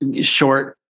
short